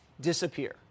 disappear